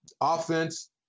offense